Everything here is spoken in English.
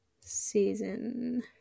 season